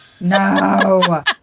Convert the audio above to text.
No